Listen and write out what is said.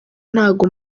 ntago